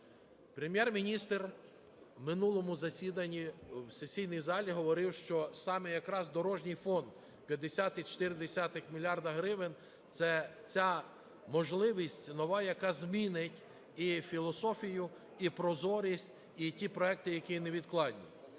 Прем'єр-міністр у минулому засіданні в сесійній залі говорив, що саме якраз дорожній фонд – 50,4 мільярда гривень. Це ця можливість нова, яка змінить і філософію, і прозорість, і ті проекти, які невідкладні.